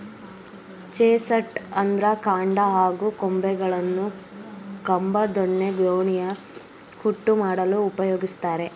chestnut ಇದ್ರ ಕಾಂಡ ಹಾಗೂ ಕೊಂಬೆಗಳನ್ನು ಕಂಬ ದೊಣ್ಣೆ ದೋಣಿಯ ಹುಟ್ಟು ಮಾಡಲು ಉಪಯೋಗಿಸ್ತಾರೆ